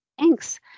Thanks